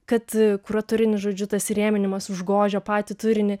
kad kuratorinis žodžiu tas įrėminimas užgožia patį turinį